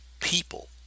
people